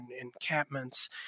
encampments